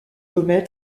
dont